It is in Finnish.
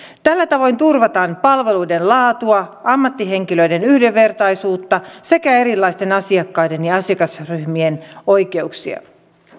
tällä tavoin turvataan palveluiden laatua ammattihenkilöiden yhdenvertaisuutta sekä erilaisten asiakkaiden ja asiakasryhmien oikeuksia